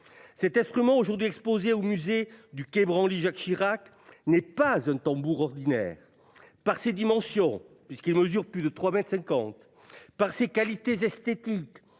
Cet instrument aujourd'hui exposé au musée du quai Branly Jacques Chirac n'est pas un tambour ordinaire. Par ses dimensions, puisqu'il mesure plus de 3 mètres 50, par ses qualités esthétiques